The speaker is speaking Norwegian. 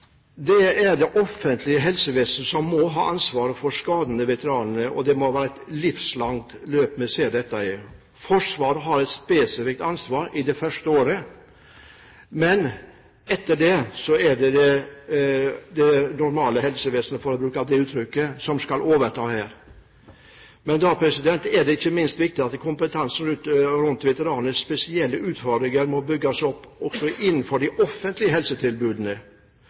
må se dette i et livslangt løp. Forsvaret har et spesifikt ansvar det første året, men etter det er det det normale helsevesenet, for å bruke det uttrykket, som skal overta. Men da er det ikke minst viktig at kompetanse rundt veteraners spesielle utfordringer må bygges opp også innenfor det offentlige